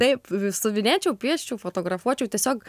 taip siuvinėčiau pieščiau fotografuočiau tiesiog